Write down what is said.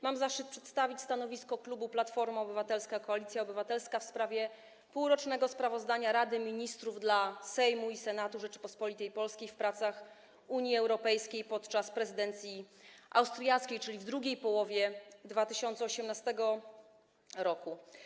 Mam zaszczyt przedstawić stanowisko klubu Platforma Obywatelska - Koalicja Obywatelska w sprawie półrocznego sprawozdania Rady Ministrów dla Sejmu i Senatu Rzeczypospolitej Polskiej w sprawie prac Unii Europejskiej podczas prezydencji austriackiej, czyli w drugiej połowie 2018 r.